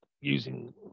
using